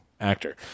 actor